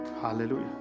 Hallelujah